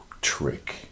trick